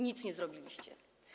Nic nie zrobiliście.